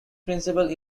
principle